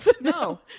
No